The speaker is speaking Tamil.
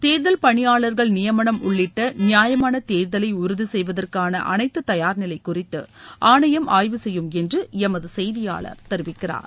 தேர்தல் பணியாளர்கள் நியமனம் உள்ளிட்ட நியாயமான தேர்தலை உறுதி செய்வதற்கான அனைத்து தயார் நிலை குறித்து ஆணையம் ஆய்வு செய்யும் என்று எமது செய்தியாளர் தெரிவிக்கிறார்